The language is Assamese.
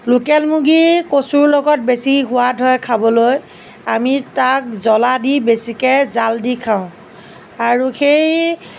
লোকেল মুৰ্গী কচুৰ লগত বেছি সোৱাদ হয় খাবলৈ আমি তাক জলা দি বেছিকৈ জাল দি খাওঁ আৰু সেই